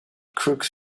crooks